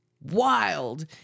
wild